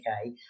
okay